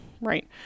right